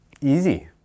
easy